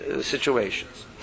situations